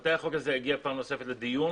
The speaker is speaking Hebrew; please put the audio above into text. מתי החוק הזה יגיע פעם נוספת לדיון,